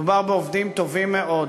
מדובר בעובדים טובים מאוד.